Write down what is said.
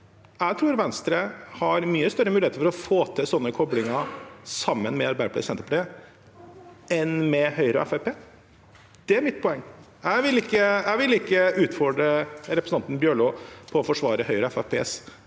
jeg tror Venstre har mye større muligheter for å få til sånne koblinger sammen med Arbeiderpartiet og Senterpartiet enn med Høyre og Fremskrittspartiet. Det er mitt poeng. Jeg vil ikke utfordre representanten Bjørlo på å forsvare Høyre og